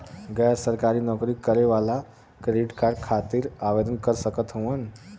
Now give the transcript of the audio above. गैर सरकारी नौकरी करें वाला क्रेडिट कार्ड खातिर आवेदन कर सकत हवन?